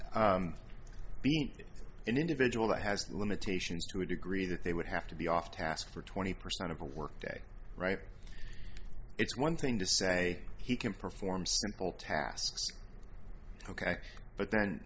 be an individual that has limitations to a degree that they would have to be off task for twenty percent of the work day right it's one thing to say he can perform simple tasks ok but then